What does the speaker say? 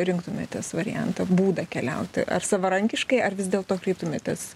rinktumėtės variantą būdą keliauti ar savarankiškai ar vis dėlto kreiptumėtės